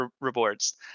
rewards